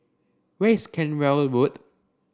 where is Cranwell Road